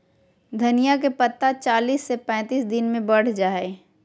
धनिया के पत्ता चालीस से पैंतालीस दिन मे बढ़ जा हय